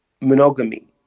monogamy